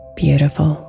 beautiful